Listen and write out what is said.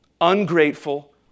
ungrateful